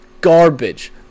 Garbage